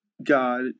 God